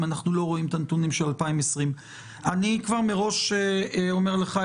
אנחנו לא רואים את הנתונים של 2020. אני כבר מראש אומר לך,